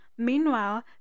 Meanwhile